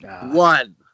one